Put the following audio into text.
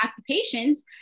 occupations